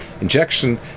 injection